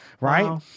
right